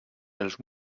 els